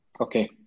okay